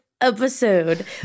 episode